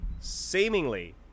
seemingly